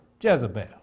Jezebel